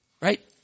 Right